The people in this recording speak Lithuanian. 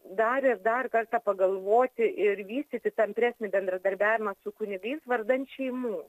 dar ir dar kartą pagalvoti ir vystyti tampresnį bendradarbiavimą su kunigais vardan šeimų